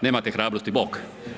Nemate hrabrosti, bok.